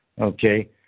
okay